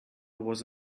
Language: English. was